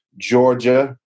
Georgia